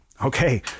okay